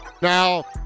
Now